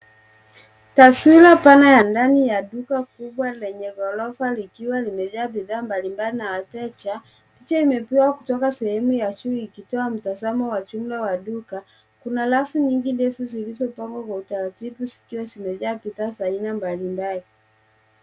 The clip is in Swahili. Taswira pana ya ndani ya duka kubwa lenye ghorofa likiwa limejaa bidhaa mbalimbali na wateja. Picha imepigwa kutoka sehemu ya juu ikitoa mtazamo wa chumba wa duka. Kuna rafu nyingi ndefu zilizopangwa kwa utaratibu zikiwa zimejaa bidhaa za aina mbalimbali.